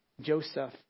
Joseph